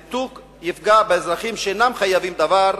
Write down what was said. הניתוק יפגע באזרחים שאינם חייבים דבר,